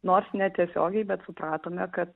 nors netiesiogiai bet supratome kad